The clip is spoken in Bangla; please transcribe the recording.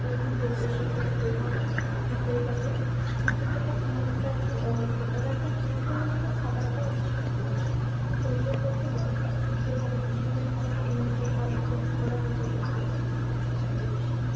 রুটি হোক এ সকল খেয়ে পরে বিকেলটাতে দুপুরটাতে ঘুমানোটা একটু অ্যাভোয়েড করতে হবে একটা স্পোর্টস ম্যান হিসেবে খাবারটা হচ্ছে সবচেয়ে বেশি শরীরের পক্ষে দরকার এবং রুটিন মেন্টেন করার ব্যায়াম করা হচ্ছে স্পোর্টস ম্যানের সবথেকে বেশি